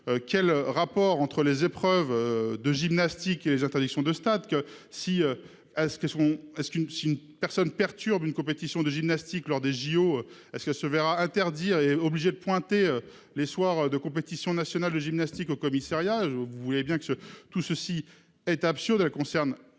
Quel rapport entre les épreuves de gymnastique et les interdictions de stade que si à ce que ce qu'on est-ce qu'une si une personne perturbe une compétition de gymnastique lors des JO. Est-ce que se verra interdire est obligé de pointer les soirs de compétition nationale de gymnastique au commissariat je vous voulez bien que tout ceci est absurde a concerne